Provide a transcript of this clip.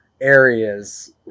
areas